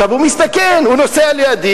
הוא מסתכל, הוא נוסע לידי.